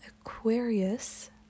Aquarius